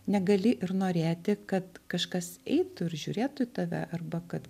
negali ir norėti kad kažkas eitų ir žiūrėtų į tave arba kad